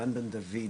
דן בן דוד,